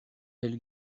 elle